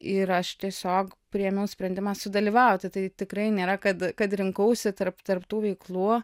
ir aš tiesiog priėmiau sprendimą sudalyvauti tai tikrai nėra kad kad rinkausi tarp tarp tų veiklų